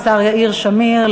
השר יאיר שמיר,